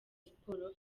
siporo